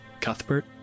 Cuthbert